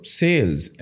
sales